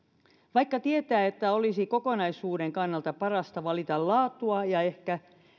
vaikka tietää että olisi kokonaisuuden kannalta parasta valita laatua ja ehkä